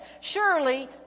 surely